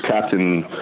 Captain